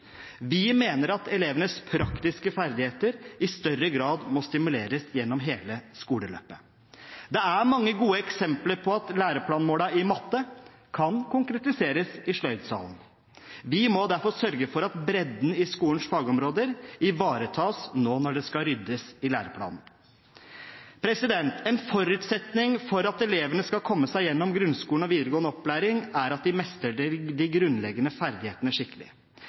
Vi mener at elevenes praktiske ferdigheter i større grad må stimuleres gjennom hele skoleløpet. Det er mange gode eksempler på at læreplanmålene i matte kan konkretiseres i sløydsalen. Vi må derfor sørge for at bredden i skolens fagområder ivaretas nå når det skal ryddes i læreplanene. En forutsetning for at elevene skal komme seg gjennom grunnskolen og videregående opplæring, er at de mestrer de grunnleggende ferdighetene skikkelig.